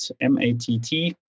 M-A-T-T